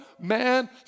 Man